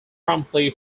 promptly